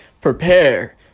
prepare